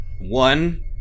one